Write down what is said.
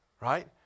Right